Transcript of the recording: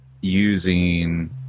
using